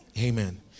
Amen